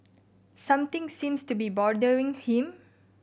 something seems to be bothering him